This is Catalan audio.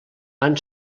van